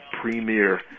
premier